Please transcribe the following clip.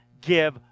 give